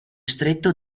stretto